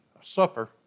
supper